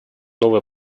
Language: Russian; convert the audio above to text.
новая